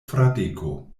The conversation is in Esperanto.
fradeko